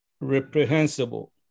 reprehensible